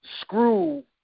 screw